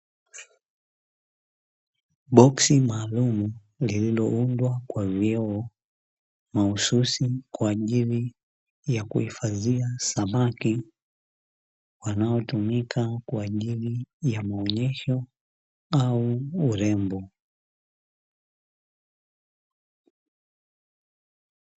Boksi maalumu lililoundwa kwa vioo mahususi kwa ajili ya kuhufadhia samaki, wanaotumika kwa ajili ya maonyesho au urembo.